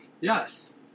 Yes